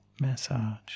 massage